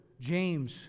James